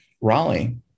Raleigh